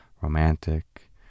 romantic